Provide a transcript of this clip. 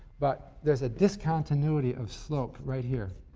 but there's a discontinuity of slope right here.